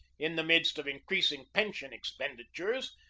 in the midst of increasing pension ex penditures,